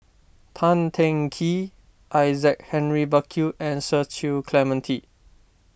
Tan Teng Kee Isaac Henry Burkill and Cecil Clementi